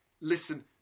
listen